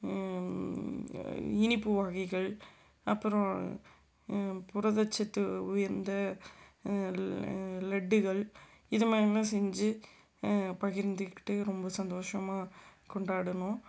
இனிப்பு வகைகள் அப்புறம் புரத சத்து உயர்ந்த ல லட்டுகள் இதை மாதிரிலாம் செஞ்சு பகிர்ந்துக்கிட்டு ரொம்ப சந்தோஷமாக கொண்டாடிடுனோம்